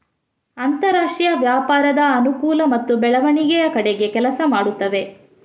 ಅಂತರಾಷ್ಟ್ರೀಯ ವ್ಯಾಪಾರದ ಅನುಕೂಲ ಮತ್ತು ಬೆಳವಣಿಗೆಯ ಕಡೆಗೆ ಕೆಲಸ ಮಾಡುತ್ತವೆ